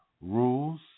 Rules